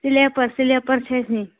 slipper slipper چھِ اَسہ نِنۍ